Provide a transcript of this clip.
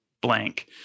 blank